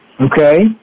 okay